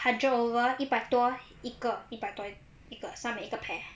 hundred over 一百多一个一百多一个算你一个 pair